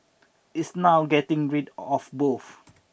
it's now getting rid of both